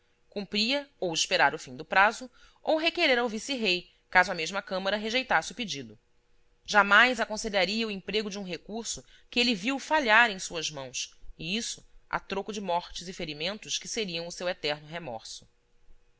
cumpria ou esperar o fim do prazo ou requerer ao vice-rei caso a mesma câmara rejeitasse o pedido jamais aconselharia o emprego de um recurso que ele viu falhar em suas mãos e isso a troco de mortes e ferimentos que seriam o seu eterno remorso